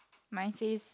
mine says